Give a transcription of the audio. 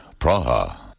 Praha. (